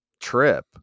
trip